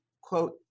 quote